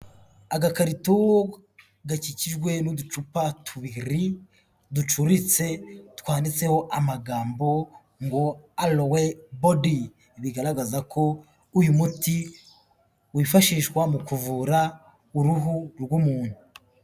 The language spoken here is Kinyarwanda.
Agakarito gakikijwe n'uducupa tubiri ducuritse twanditseho amagambo ngo "Aloe body", bigaragaza ko uyu muti wifashishwa mu kuvura uruhu rw'umuntu.